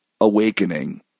awakening